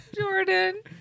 Jordan